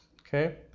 okay